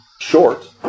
short